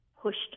pushed